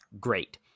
Great